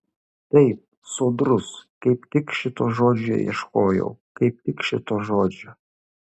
taip sodrus kaip tik šito žodžio ieškojau kaip tik šito žodžio